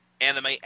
anime